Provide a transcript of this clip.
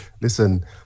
Listen